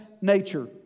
nature